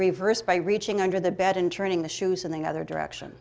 reversed by reaching under the bed and turning the shoes in the other direction